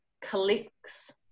collects